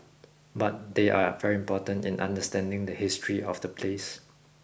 but they are very important in understanding the history of the place